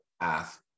ask